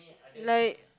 like